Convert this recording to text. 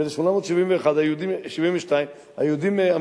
ב-1872 היהודים,